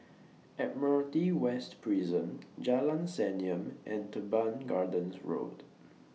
Admiralty West Prison Jalan Senyum and Teban Gardens Road